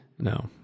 No